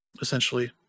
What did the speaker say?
essentially